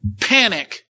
panic